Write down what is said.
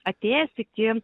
atėjęs iki